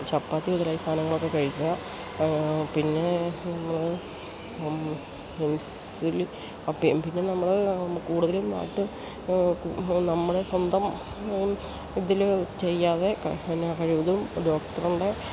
ചപ്പാത്തി മുതലായ സാധനങ്ങൾ ഒക്കെ കഴിക്കുക പിന്നെ നമ്മൾ ഇൻസുലി അപ്പം പിന്നെ നമ്മൾ കൂടുതലും നാട്ട് നമ്മളെ സ്വന്തം ഇതിൽ ചെയ്യാതെ പിന്നെ കഴിവതും ഡോക്ടറിൻ്റെ